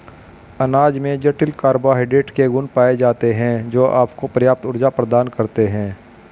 अनाज में जटिल कार्बोहाइड्रेट के गुण पाए जाते हैं, जो आपको पर्याप्त ऊर्जा प्रदान करते हैं